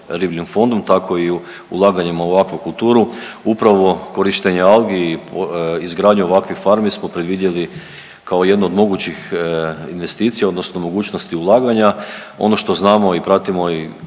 ribljim fondom tako i ulaganjima u akvakulturu. Upravo korištenje algi i izgradnju ovakvih farmi smo predvidjeli kao jednu od mogućih investicija odnosno mogućnosti ulaganja. Ono što znamo i pratimo i